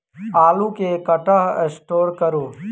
आलु केँ कतह स्टोर करू?